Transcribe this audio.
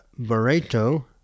Burrito